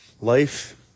Life